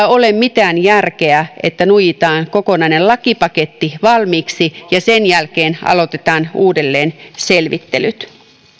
ole mitään järkeä siinä että nuijitaan kokonainen lakipaketti valmiiksi ja sen jälkeen aloitetaan uudelleen selvittelyt